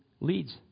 leads